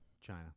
China